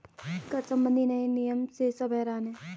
कर संबंधी नए नियम से सब हैरान हैं